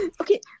Okay